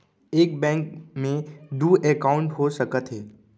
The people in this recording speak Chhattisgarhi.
एक बैंक में दू एकाउंट हो सकत हे?